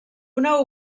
una